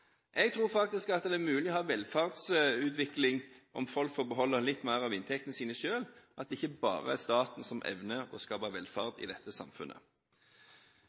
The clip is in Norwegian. Jeg tror faktisk at det er mulig å ha velferdsutvikling om folk får beholde litt mer av inntektene sine selv, at det ikke bare er staten som evner å skape velferd i dette samfunnet.